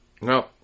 no